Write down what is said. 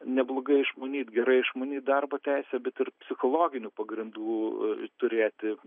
neblogai išmanyt gerai išmanyt darbo teisę bet ir psichologinių pagrindų turėti